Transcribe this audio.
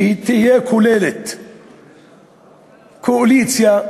שתכלול קואליציה,